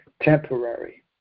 temporary